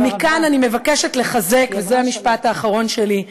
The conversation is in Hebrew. ומכאן אני מבקשת לחזק, זה המשפט האחרון שלי,